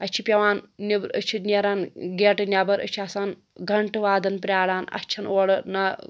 اَسہِ چھِ پٮ۪وان نیٚبرٕ أسی چھِ نیٚران گیٚٹہٕ نیٚبر أسی چھِ آسان گنٹہٕ وادن پرٛاران اَسہِ چھےٚ نہٕ اورٕ نہٕ